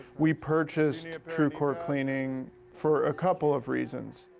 we purchased truecore cleaning for a couple of reasons.